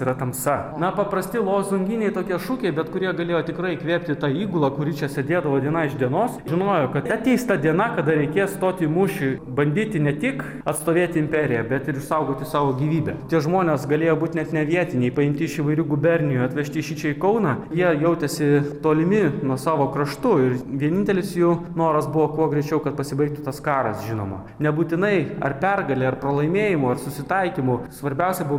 yra tamsa na paprasti lozunginiai tokie šūkiai bet kurie galėjo tikrai įkvėpti to įgulą kuri čia sėdėdavo diena iš dienos žinojo kad ateis ta diena kada reikės stoti į mūšį bandyti ne tik atstovėti imperiją bet ir išsaugoti savo gyvybę tie žmonės galėjo būt net ne vietiniai paimti iš įvairių gubernijų atvežti šičia į kauną jie jautėsi tolimi nuo savo kraštų ir vienintelis jų noras buvo kuo greičiau kad pasibaigtų tas karas žinoma nebūtinai ar pergale ar pralaimėjimu ar susitaikymu svarbiausia buvo